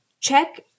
Check